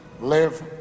live